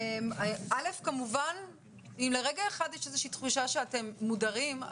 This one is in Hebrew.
אם לרגע אחד יש איזו תחושה שאתם מודרים,